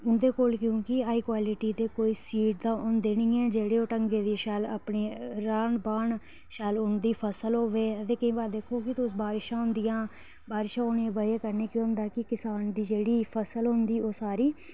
उन्दे कोल क्योंकि हाई क्वालिटी दे कोई सीड ते हुंदे नी ऐ जेह्ड़ी ओह् ढंगै दी शैल अपने राह्न बाह्न शैल उंदी फसल होवे ते केईं बार दिक्खो कि बारशां होंदियां बारशां होने कन्नै केह् होंदा कि किसान दी जेह्ड़ी फसल होंदी ओह् सारी